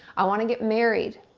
i want to get married.